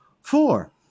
Four